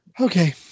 okay